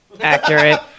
accurate